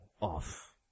off